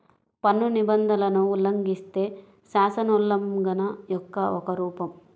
పన్ను నిబంధనలను ఉల్లంఘిస్తే, శాసనోల్లంఘన యొక్క ఒక రూపం